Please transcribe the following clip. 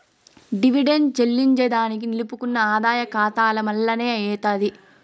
dividend చెల్లింజేదానికి నిలుపుకున్న ఆదాయ కాతాల మల్లనే అయ్యితాది